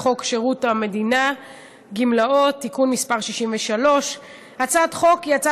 חוק שירות המדינה (גמלאות) (תיקון מס' 63). הצעת החוק היא הצעת